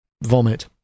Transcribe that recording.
vomit